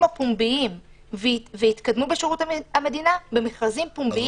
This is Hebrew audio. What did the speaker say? הפומביים ויתקדמו בשירות המדינה במכרזים פומביים.